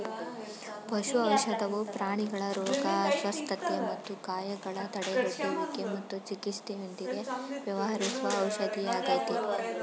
ಪಶು ಔಷಧವು ಪ್ರಾಣಿಗಳ ರೋಗ ಅಸ್ವಸ್ಥತೆ ಮತ್ತು ಗಾಯಗಳ ತಡೆಗಟ್ಟುವಿಕೆ ಮತ್ತು ಚಿಕಿತ್ಸೆಯೊಂದಿಗೆ ವ್ಯವಹರಿಸುವ ಔಷಧಿಯಾಗಯ್ತೆ